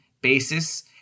basis